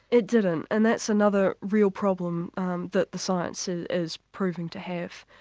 it didn't. and that's another real problem that the science ah is proving to have.